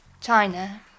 China